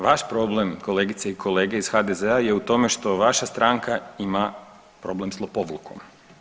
Vaš problem kolegice i kolege iz HDZ-a je u tome što vaša stranka ima problem s lopovlukom.